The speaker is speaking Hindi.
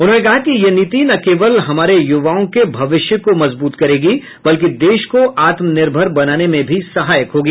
उन्होंने कहा कि यह नीति न केवल हमारे युवाओं के भविष्य को मजबूत करेगी बल्कि देश को आत्मनिर्भर बनाने में भी सहायक होगी